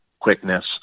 quickness